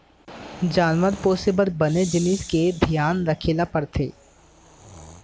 जानवर पोसे बर बने जिनिस के धियान रखे ल परथे